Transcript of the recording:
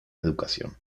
educación